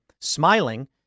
smiling